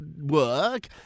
work